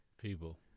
People